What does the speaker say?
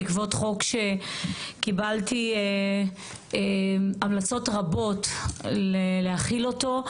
בעקבות חוק שקיבלתי המלצות רבות להחיל אותו.